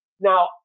Now